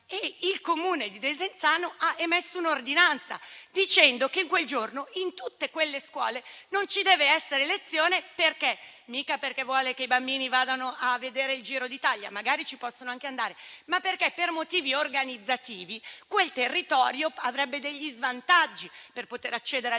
il Comune di Desenzano ha emesso un'ordinanza dicendo che quel giorno, in tutte quelle scuole, non ci deve essere lezione. Perché? Non certo perché si vuole che i bambini vadano a vedere il Giro d'Italia; magari ci possono anche andare, ma la ragione è che, per motivi organizzativi, quel territorio avrebbe degli svantaggi per far accedere alle scuole,